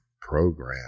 program